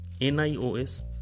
NIOS